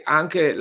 anche